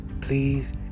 Please